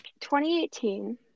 2018